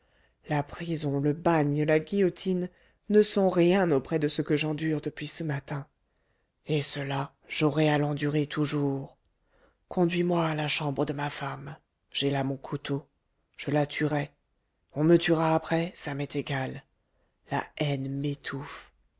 la prison le bagne la guillotine ne sont rien auprès de ce que j'endure depuis ce matin et cela j'aurai à l'endurer toujours conduis-moi à la chambre de ma femme j'ai là mon couteau je la tuerai on me tuera après ça m'est égal la haine m'étouffe